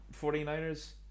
49ers